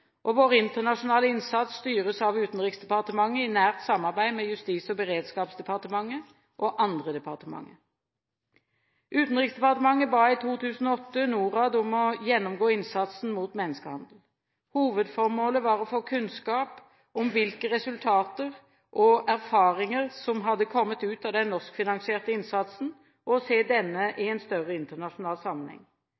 mål. Vår internasjonale innsats styres av Utenriksdepartementet, i nært samarbeid med Justis- og beredskapsdepartementet og andre departementer. Utenriksdepartementet ba i 2008 Norad om å gjennomgå innsatsen mot menneskehandel. Hovedformålet var å få kunnskap om hvilke resultater og erfaringer som hadde kommet ut av den norskfinansierte innsatsen, og å se denne i